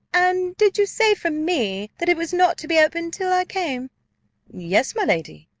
and did you say from me, that it was not to be opened till i came yes, my lady.